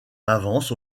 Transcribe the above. avance